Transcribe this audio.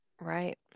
Right